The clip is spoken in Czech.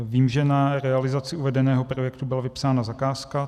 Vím, že na realizaci uvedeného projektu byla vypsána zakázka.